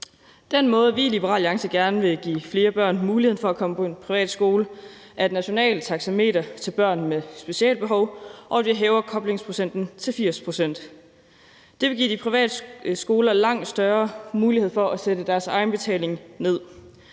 Den måde, vi i Liberal Alliance gerne vil give flere børn muligheden for at komme på en privatskole, er ved at have et nationalt taxameter til børn med specielle behov, og at vi hæver koblingsprocenten til 80 pct. Det vil give de private skoler langt større mulighed for at sætte deres egenbetaling ned.